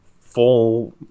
full